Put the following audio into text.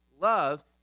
love